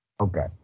Okay